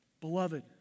Beloved